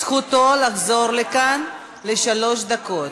זכותו לחזור לכאן לשלוש דקות.